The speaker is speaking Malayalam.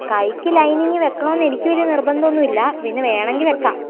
കൈക്ക് ലൈനിങ് വയ്ക്കണോ എനിക്ക് വലിയ നിർബന്ധം ഒന്നുമില്ല പിന്നെ വേണമെങ്കിൽ വയ്ക്കാം